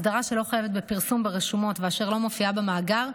אסדרה שלא חייבת בפרסום ברשומות ושלא מופיעה במאגר,